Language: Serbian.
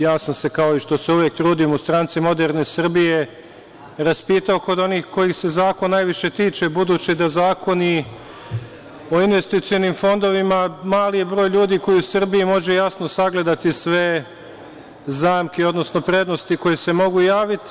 Ja sam se, kao što se i uvek trudim u Stranci moderne Srbije, raspitao kod onih kojih se zakon najviše tiče, budući da Zakoni o investicionim fondovima, mali je broj ljudi koji u Srbiji može jasno sagledati sve zamke, odnosno prednosti koje se mogu javiti.